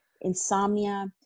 insomnia